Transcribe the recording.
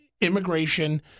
immigration